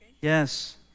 Yes